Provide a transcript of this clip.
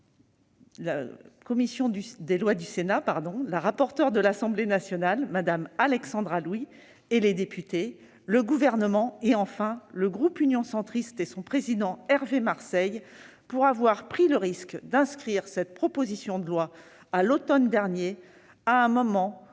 la commission des lois du Sénat, la rapporteure de l'Assemblée nationale, Mme Alexandra Louis, les députés, le Gouvernement et, enfin, le groupe Union Centriste et son président Hervé Marseille, qui a pris le risque d'inscrire à notre ordre du jour cette proposition de loi à l'autonome dernier, à un moment où